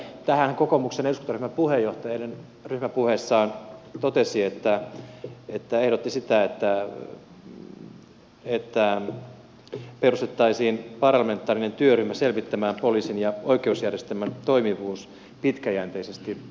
tähän kokoomuksen eduskuntaryhmän puheenjohtaja eilen ryhmäpuheessaan totesi ehdotti sitä että perustettaisiin parlamentaarinen työryhmä selvittämään poliisin ja oikeusjärjestelmän toimivuus pitkäjänteisesti